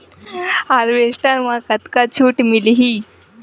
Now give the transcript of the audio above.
Harvester म कतका छूट मिलही?